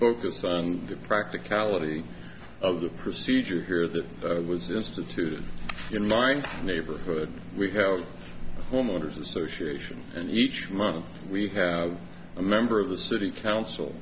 focus on the practicality of the procedure here that was instituted in mind neighborhood we have homeowners association and each month we have a member of the city